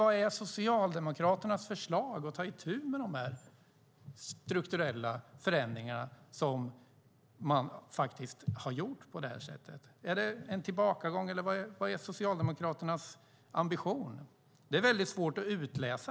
Vad är Socialdemokraternas förslag för att ta itu med de strukturella förändringar som har gjorts? Är det en tillbakagång, eller vad är Socialdemokraternas ambition? Det är svårt att utläsa.